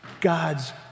God's